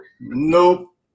Nope